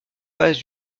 pas